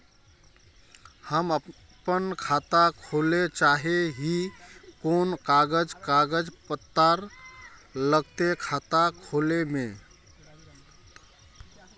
हम अपन खाता खोले चाहे ही कोन कागज कागज पत्तार लगते खाता खोले में?